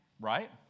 Right